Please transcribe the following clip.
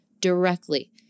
directly